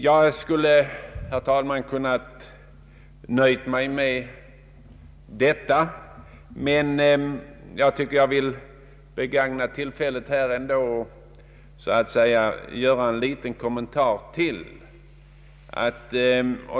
Jag skulle ha kunnat nöja mig med detta, men jag tycker att jag vill begagna tillfället att göra en liten kommentar.